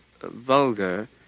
vulgar